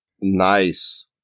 Nice